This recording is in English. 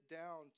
down